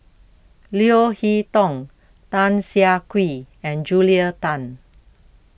Leo Hee Tong Tan Siah Kwee and Julia Tan